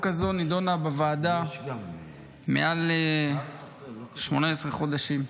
הזאת נדונה בוועדה יותר מ-18 חודשים,